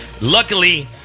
Luckily